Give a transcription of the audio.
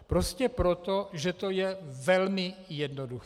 Prostě proto, že to je velmi jednoduché.